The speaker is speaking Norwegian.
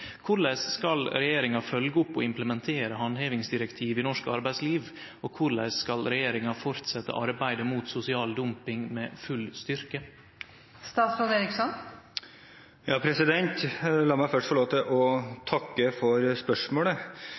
Korleis skal regjeringa følgje opp og implementere handhevingsdirektivet i norsk arbeidsliv, og korleis skal regjeringa fortsette arbeidet mot sosial dumping med full styrke?» La meg først få lov til å takke for spørsmålet.